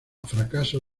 fracaso